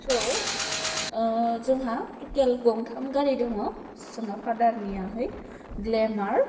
स जोंहा टटेल जोंहा गंथाम गारि दङ जोंहा फाडारनियाहै ग्लेमार